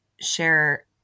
share